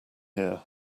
here